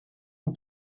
who